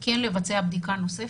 כן לבצע בדיקה נוספת,